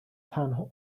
تنها